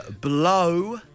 Blow